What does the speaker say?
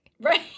Right